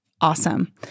awesome